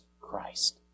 Christ